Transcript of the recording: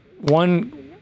one